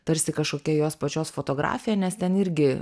tarsi kažkokia jos pačios fotografija nes ten irgi